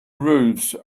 roofs